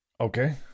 okay